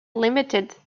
limited